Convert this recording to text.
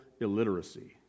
illiteracy